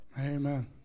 Amen